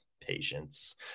patience